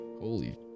Holy